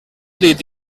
dit